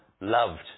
loved